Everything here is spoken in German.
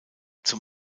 zum